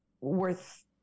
worth